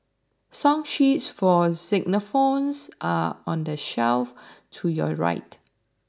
song sheets for xylophones are on the shelf to your right